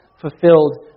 fulfilled